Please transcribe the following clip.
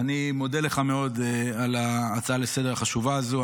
אני מודה לך מאוד על ההצעה לסדר-היום החשובה הזו.